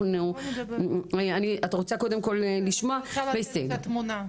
אני רוצה לתת תמונה.